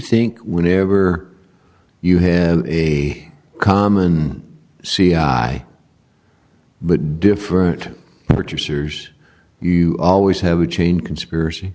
think whenever you have a common c i but different producers you always have a chain conspiracy